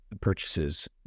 purchases